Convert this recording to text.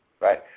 Right